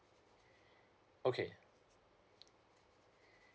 okay